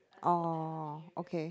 oh okay